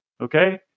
okay